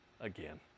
again